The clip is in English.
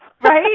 Right